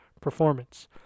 performance